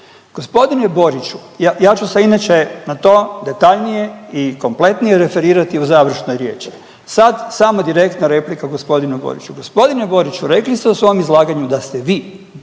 Gospodine Boriću, ja ću se inače na to detaljnije i kompletnije referirati u završnoj riječi. Sad samo direktna replika gospodinu Boriću. Gospodine Boriću rekli ste u svom izlaganju da ste vi, vi